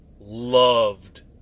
loved